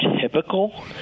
typical